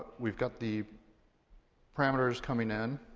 we've got the parameters coming in,